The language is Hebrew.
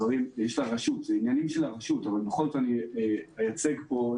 אלה עניינים של הרשות המקומית אבל בכל זאת אני אייצג פה.